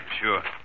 Sure